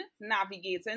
navigating